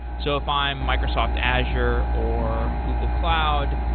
so if i'm microsoft azure or google cloud,